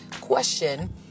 question